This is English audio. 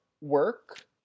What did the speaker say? work